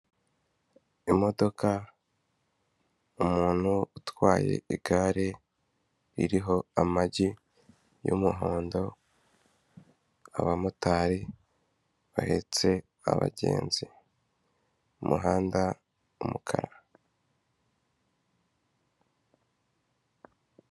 Imodoka, umuntu utwaye igare ririho amagi y'umuhondo, abamotari bahetse abagenzi, umuhanda w'umukara.